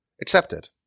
accepted